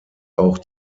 auch